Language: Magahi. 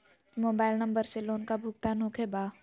मोबाइल नंबर से लोन का भुगतान होखे बा?